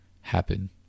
happen